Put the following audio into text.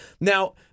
Now